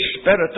spirit